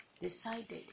decided